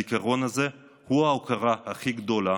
הזיכרון הזה הוא ההוקרה הכי גדולה